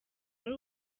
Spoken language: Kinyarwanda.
ari